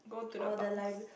oh the library